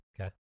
okay